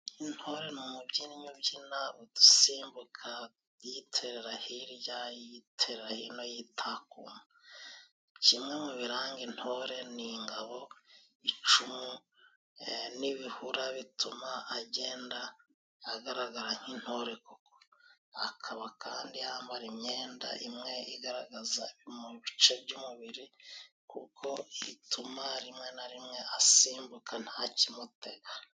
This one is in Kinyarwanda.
Intore ni umubyinnyi ubyina usimbuka, yiterera hirya, yiterera hino yitakuma. Kimwe mu biranga intore ni ingabo, icumu, n' ibihura bituma agenda agaragara nk'intore koko, akaba kandi yambara imyenda imwe igaragaza bimwe mu bice by'umubiri, kuko ituma rimwe na rimwe asimbuka nta kimutega.